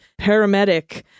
paramedic